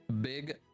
big